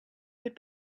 would